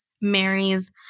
marries